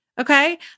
okay